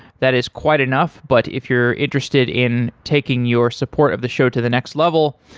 that is quite enough, but if you're interested in taking your support of the show to the next level,